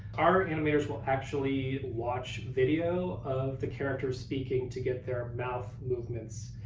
our animators will actually watch video of the characters speaking, to get their mouth movements,